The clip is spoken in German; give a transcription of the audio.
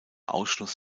ausschluss